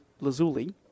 lazuli